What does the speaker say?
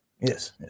Yes